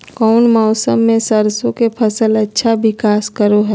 कौन मौसम मैं सरसों के फसल अच्छा विकास करो हय?